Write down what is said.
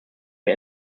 wir